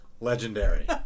legendary